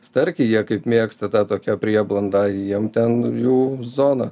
starkiai jie kaip mėgsta tą tokią prieblandą jiem ten jų zona